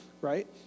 right